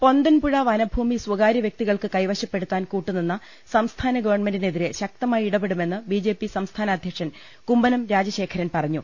പൊന്തൻപുഴ വനഭൂമി സ്ഥകാര്യ വൃക്തികൾക്ക് കൈവശപ്പെടു ത്താൻ കൂട്ടുനിന്ന സംസ്ഥാന ഗവൺമെന്റിനെതിരെ ശക്തമായി ഇട പെടുമെന്ന് ബിജെപി സംസ്ഥാന അധ്യക്ഷൻ കുമ്മനം രാജശേഖ രൻ പറഞ്ഞു